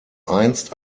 einst